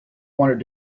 wanted